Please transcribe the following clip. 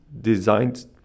designed